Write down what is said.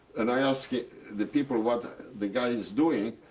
and i asked the people what the guy is doing.